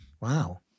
wow